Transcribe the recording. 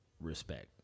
respect